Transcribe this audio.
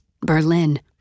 Berlin